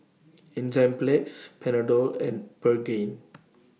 Enzyplex Panadol and Pregain